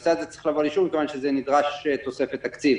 הנושא הזה צריך לבוא לאישור מכיוון שנדרשת לכך תוספת תקציב.